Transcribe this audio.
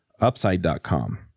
Upside.com